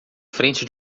frente